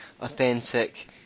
authentic